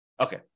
Okay